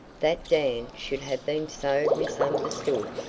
that dan should have been so misunderstood.